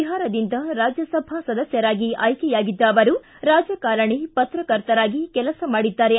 ಬಿಹಾರದಿಂದ ರಾಜ್ಯಸಭಾ ಸದಸ್ಯರಾಗಿ ಆಯ್ಕೆಯಾಗಿದ್ದ ಅವರು ರಾಜಕಾರಣಿ ಪತ್ರಕರ್ತರಾಗಿ ಕೆಲಸ ಮಾಡಿದ್ದಾರೆ